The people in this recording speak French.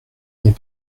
n’est